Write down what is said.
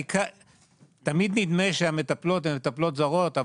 תמיד נדמה שהמטפלות הן עובדות זרות,